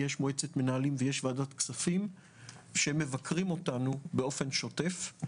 יש מועצת מנהלים ויש ועדת כספים שמבקרים אותנו באופן שוטף.